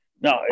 No